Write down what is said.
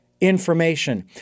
Information